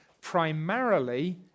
primarily